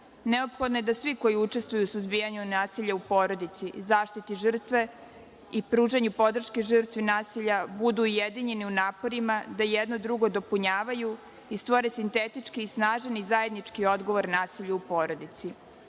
Neophodno je da svi koji učestvuju u suzbijanju nasilja u porodici i zaštiti žrtve i pružanju podrške žrtvi nasilja budu ujedinjeni u naporima, da jedno drugo dopunjavaju i stvore sintetički i snažan i zajednički odgovor nasilju u porodici. Uostalom,